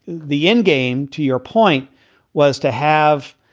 the endgame. to your point was to have,